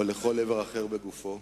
או לכל איבר אחר בגופו?